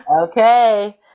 Okay